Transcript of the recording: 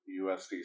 USD